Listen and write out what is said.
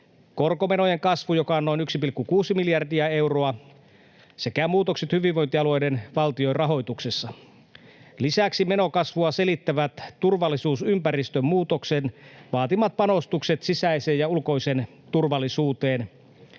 korkomenojen kasvu — joka on noin 1,6 miljardia euroa — sekä muutokset hyvinvointialueiden valtionrahoituksessa. Lisäksi menokasvua selittävät turvallisuusympäristön muutoksen vaatimat panostukset sisäiseen ja ulkoiseen turvallisuuteen